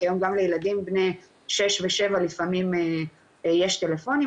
כי היום גם לילדים בני 6 או 7 לפעמים יש טלפונים,